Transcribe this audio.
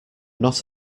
not